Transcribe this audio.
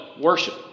worship